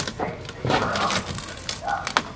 hey stay current on the research that's happening